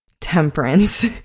temperance